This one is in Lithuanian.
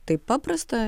taip paprasta